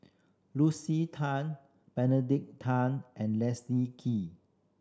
Lucy Tan Benedict Tan and Leslie Kee